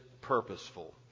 purposeful